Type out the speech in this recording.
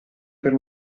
per